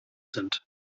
sind